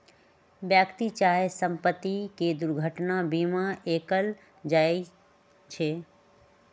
व्यक्ति चाहे संपत्ति के दुर्घटना बीमा कएल जाइ छइ